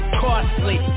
costly